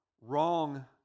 wrong